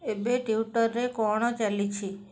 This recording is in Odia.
ଏବେ ଟ୍ୱିଟରରେ କ'ଣ ଚାଲିଛି